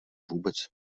vůbec